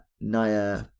Naya